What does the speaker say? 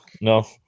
No